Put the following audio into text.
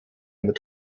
mit